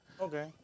okay